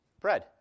Bread